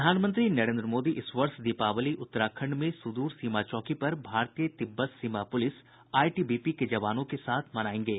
प्रधानमंत्री नरेन्द्र मोदी इस वर्ष दीपावली उत्तराखंड में सुदूर सीमा चौकी पर भारतीय तिब्बत सीमा पुलिस आईटीबीपी के जवानों के साथ मनाएंगे